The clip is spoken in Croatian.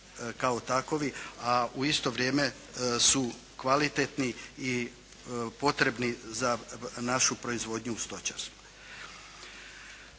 kao takovi, a u isto vrijeme su kvalitetni i potrebni za našu proizvodnju u stočarstvu.